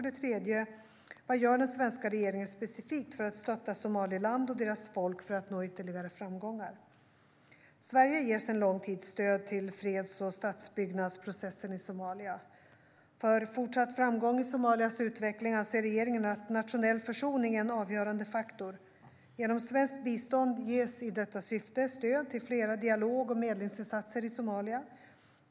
Sverige ger sedan lång tid stöd till freds och statsbyggnadsprocessen i Somalia. För fortsatt framgång i Somalias utveckling anser regeringen att nationell försoning är en avgörande faktor. Genom svenskt bistånd ges i detta syfte stöd till flera dialog och medlingsinsatser i Somalia.